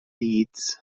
leads